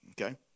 Okay